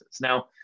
Now